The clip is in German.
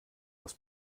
aus